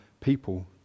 people